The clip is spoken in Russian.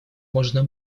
можно